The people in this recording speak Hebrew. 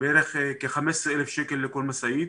בערך כ-15,000 שקל לכל משאית,